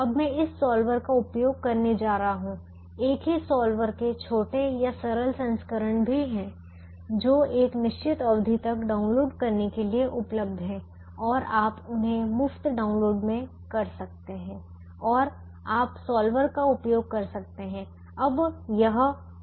अब मैं इस सॉल्वर का उपयोग करने जा रहा हूं एक ही सॉल्वर के छोटे या सरल संस्करण भी हैं जो एक निश्चित अवधि तक डाउनलोड करने के लिए उपलब्ध है और आप उन्हें मुफ्त डाउनलोड में कर सकते हैं और आप सॉल्वर का उपयोग कर सकते हैं